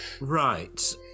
right